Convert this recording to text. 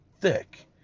thick